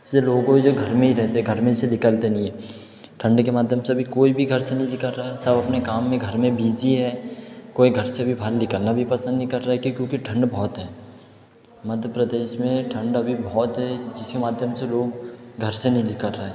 से लोग है जो घर में ही रहते हैं घर में से निकलते नहीं है ठंडी के माध्यम से अभी कोई भी घर से नहीं निकर रहा सब अपने काम में घर में बीजी हैं कोई घर से भी बाहर निकलना भी पसंद नहीं कर रहा है कि क्योंकि ठंड बहुत है मध्य प्रदेश में ठंड अभी बहुत है जिसके माध्यम से लोग घर से नहीं निकल रहें